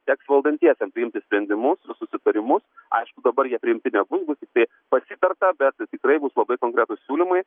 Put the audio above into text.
teks valdantiesiem priimti sprendimus susitarimus aišku dabar jie priimti nebus bus tiktai pasitarta bet tikrai bus labai konkretūs siūlymai